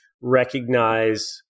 recognize